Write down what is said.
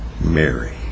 Mary